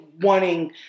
wanting